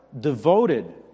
devoted